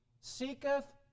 seeketh